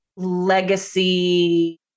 Legacy